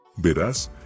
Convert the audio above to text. Verás